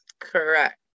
Correct